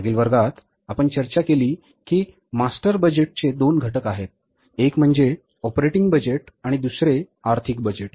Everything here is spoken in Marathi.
मागील वर्गात आपण चर्चा केली की मास्टर बजेटचे दोन घटक आहेत एक म्हणजे ऑपरेटिंग बजेट आणि दुसरे आर्थिक बजेट